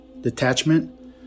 detachment